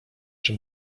czy